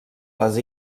les